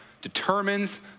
determines